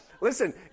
Listen